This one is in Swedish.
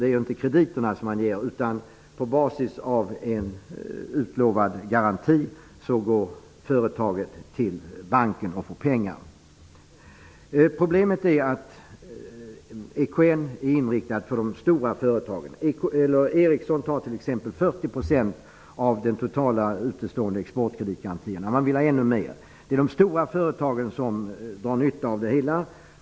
Det är inte krediter man ger, utan på basis av en utlovad garanti går företaget till banken och får pengar. Problemet är att EKN är inriktat på de stora företagen. Ericsson tar t.ex. 40 % av den totala utestående exportkreditgarantin. Men man vill ha ännu mer. Det är de stora företagen som drar nytta av detta.